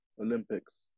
Olympics